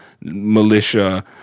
militia